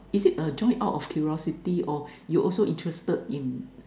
is it a join out of curiosity or you also interested in